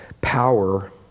power